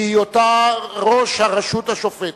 בהיותה ראש הרשות השופטת.